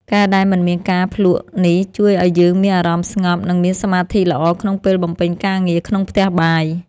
ការដែលមិនមានការភ្លក្សនេះជួយឱ្យយើងមានអារម្មណ៍ស្ងប់ និងមានសមាធិល្អក្នុងពេលបំពេញការងារក្នុងផ្ទះបាយ។